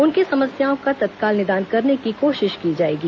उनकी समस्याओं का तत्काल निदान करने की कोशिश की जाएगी